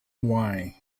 why